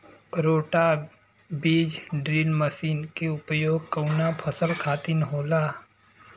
रोटा बिज drill machine के उपयोग कऊना फसल खातिर होखेला?